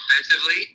Offensively